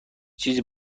چیزی